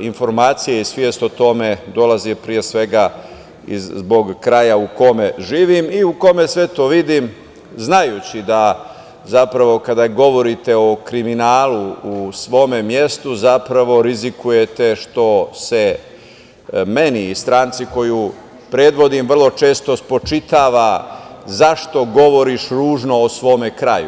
informacije i svest o tome dolazi, pre svega, zbog kraja u kome živim i u kome sve to vidim, znajući da kada govorite o kriminalu u svom mestu zapravo rizikujete što se meni i stranci koju predvodim vrlo često spočitava - zašto govoriš ružno o svome kraju.